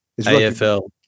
AFL